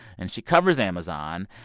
and she covers amazon.